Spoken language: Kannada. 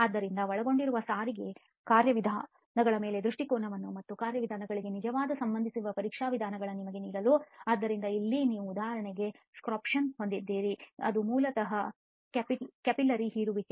ಆದ್ದರಿಂದ ಒಳಗೊಂಡಿರುವ ಸಾರಿಗೆ ಕಾರ್ಯವಿಧಾನಗಳ ಕೆಲವು ದೃಷ್ಟಿಕೋನಗಳನ್ನು ಮತ್ತು ಆ ಕಾರ್ಯವಿಧಾನಗಳಿಗೆ ನಿಜವಾಗಿ ಸಂಬಂಧಿಸಿರುವ ಪರೀಕ್ಷಾ ವಿಧಾನಗಳನ್ನು ನಿಮಗೆ ನೀಡಲು ಆದ್ದರಿಂದ ಇಲ್ಲಿ ನೀವು ಉದಾಹರಣೆಗೆ ಸೋರ್ಪ್ಶನ್ ಅನ್ನು ಹೊಂದಿದ್ದೀರಿ ಅದು ಮೂಲತಃ ಕ್ಯಾಪಿಲ್ಲರಿ ಹೀರುವಿಕೆ